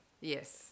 Yes